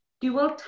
dual